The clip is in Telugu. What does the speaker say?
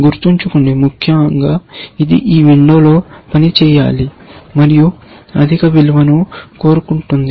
గుర్తుంచుకోండి ముఖ్యంగా ఇది ఈ విండోలో పనిచేయాలి మరియు అధిక విలువను కోరుకుంటుంది